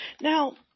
Now